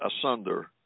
asunder